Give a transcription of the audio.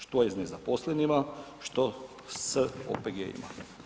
Što je s nezaposlenima, što s OPG-ima?